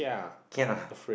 can ya